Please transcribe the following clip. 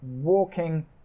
walking